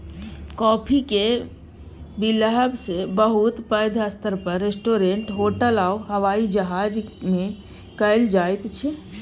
काफीक बिलहब बहुत पैघ स्तर पर रेस्टोरेंट, होटल आ हबाइ जहाज मे कएल जाइत छै